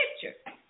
picture